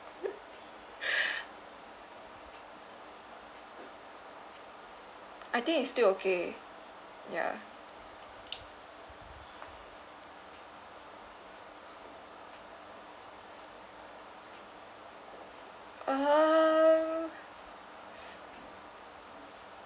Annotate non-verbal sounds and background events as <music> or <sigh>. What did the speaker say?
<laughs> I think it's still okay ya um